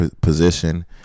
position